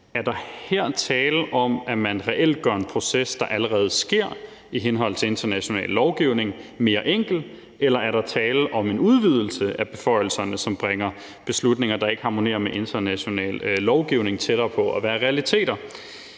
der her tale om, at man reelt gør en proces, der allerede sker i henhold til international lovgivning, mere enkel, eller er der tale om en udvidelse af beføjelserne, som bringer beslutninger, der ikke harmonerer med international lovgivning, tættere på at være realiteter?